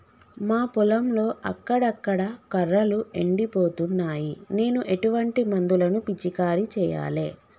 మా పొలంలో అక్కడక్కడ కర్రలు ఎండిపోతున్నాయి నేను ఎటువంటి మందులను పిచికారీ చెయ్యాలే?